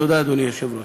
תודה, אדוני היושב-ראש.